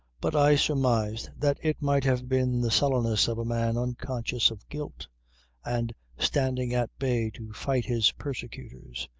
but i surmised that it might have been the sullenness of a man unconscious of guilt and standing at bay to fight his persecutors,